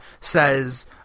says